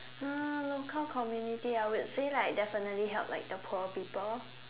uh local community I would say like definitely help like the poor people